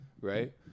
Right